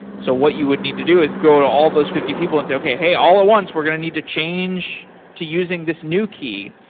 so what you would need to do is go to all those fifty people and say, okay. hey, all ah ones, we're going to need to change to using this new key,